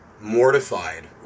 mortified